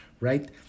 right